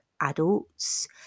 Adults